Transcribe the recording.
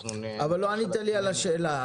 אנחנו --- לא ענית לי על השאלה.